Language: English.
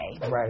Right